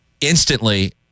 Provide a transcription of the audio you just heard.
Instantly